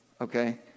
okay